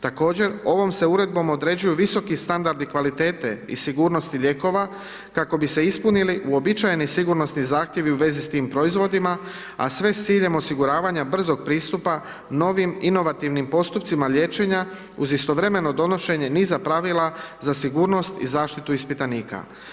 Također ovom se Uredbom određuju visoki standardi kvalitete i sigurnosti lijekova, kako bi se ispunili uobičajeni sigurnosni zahtjevi u vezi s tim proizvodima, a sve s ciljem osiguravanja brzog pristupa novim, inovativnim postupcima liječenja uz istovremeno donošenje niza pravila za sigurnost i zaštitu ispitanika.